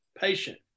patient